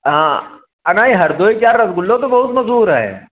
हाँ नहीं हरदोई का रसगुल्ले तो बहुत मशहूर है